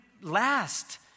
last